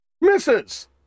misses